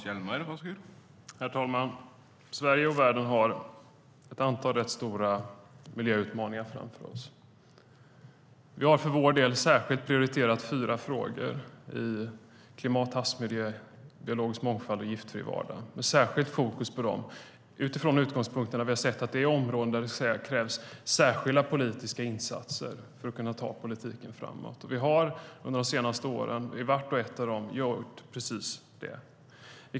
Herr talman! Sverige och världen har ett antal stora miljömaningar framför sig. Vi har särskilt prioriterat fyra frågor: klimat, havsmiljö, biologisk mångfald och giftfri vardag. Fokus ligger här för att vi har sett att det är områden där det krävs särskilda insatser för att ta politiken framåt, och under de senaste åren har vi på vart och ett av dessa gjort precis det.